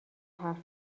حرف